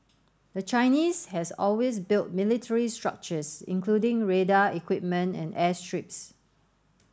the Chinese has always built military structures including radar equipment and airstrips